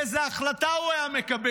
איזה החלטה הוא היה מקבל?